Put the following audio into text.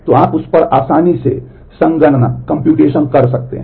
तो आप उस पर आसानी से संगणना कम्प्यूटेशन कर सकते हैं